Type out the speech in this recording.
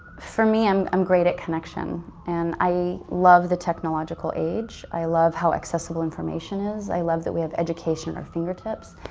for me, i'm um great at connection and i love the technological age. i love how accessible information is. i love that with education at our fingertips.